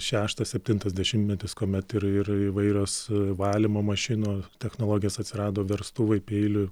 šeštas septintas dešimtmetis kuomet ir ir įvairios valymo mašino technologijos atsirado verstuvai peilių